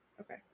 okay